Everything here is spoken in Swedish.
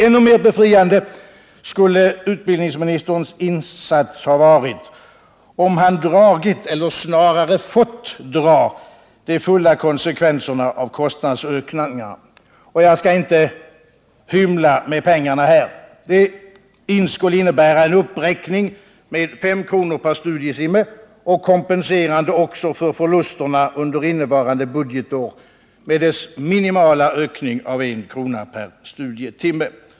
Ännu mer befriande skulle utbildningsministerns insats ha varit om han dragit eller snarare fått dra de fulla konsekvenserna av kostnadsökningarna. Jag skall inte hymla med siffrorna — det skulle innebära en uppräkning med 5 kr. per studietimme, kompenserande också för förlusterna innevarande budgetår med dess minimala ökning med I kr. per studietimme.